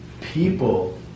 People